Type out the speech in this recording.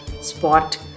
spot